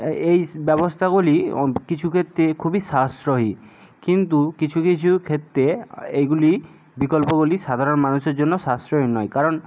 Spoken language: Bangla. এই ব্যবস্থাগুলি কিছু ক্ষেত্রে খুবই সাশ্রয়ী কিন্তু কিছু কিছু ক্ষেত্রে এইগুলি বিকল্পগুলি সাধারণ মানুষের জন্য সাশ্রয়ী নয় কারণ